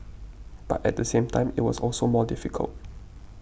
but at the same time it was also more difficult